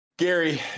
Gary